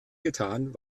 gesagt